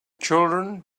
children